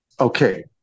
okay